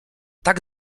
tak